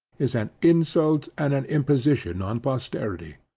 is an insult and an imposition on posterity.